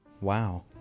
wow